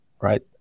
right